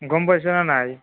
গম পাইছা নে নাই